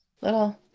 little